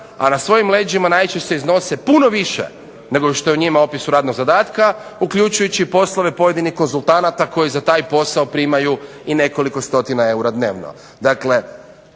a na svojim leđima najčešće iznose puno više nego što je njima u opisu radnog zadatka uključujući i poslove pojedinih konzultanata koji za taj posao primaju i nekoliko stotina eura dnevno. Dakle,